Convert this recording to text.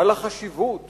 על החשיבות